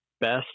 Best